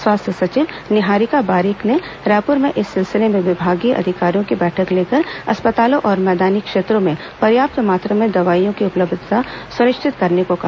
स्वास्थ्य सचिव निहारिका बारिक ने रायपुर में इस सिलसिले में विभागीय अधिकारियों की बैठक लेकर अस्पतालों और मैदानी क्षेत्रों में पर्याप्त मात्रा में दवाइयों की उपलब्धता सुनिश्चित करने को कहा